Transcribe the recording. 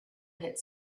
hit